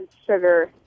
sugar